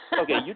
okay